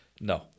no